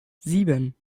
sieben